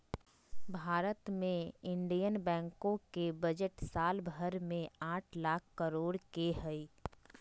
भारत मे इन्डियन बैंको के बजट साल भर मे आठ लाख करोड के हय